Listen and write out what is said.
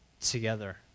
together